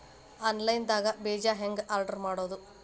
Online ದಾಗ ಬೇಜಾ ಹೆಂಗ್ ಆರ್ಡರ್ ಮಾಡೋದು?